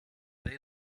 they